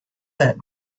that